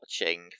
watching